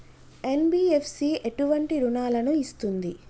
NBFC ఎటువంటి రుణాలను ఇస్తుంది?